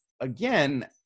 again